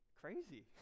crazy